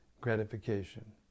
gratification